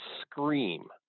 scream